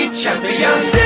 champions